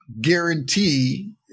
guarantee